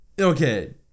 Okay